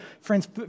friends